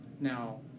Now